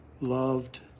loved